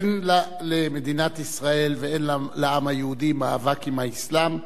אין למדינת ישראל ואין לעם היהודי מאבק עם האסלאם.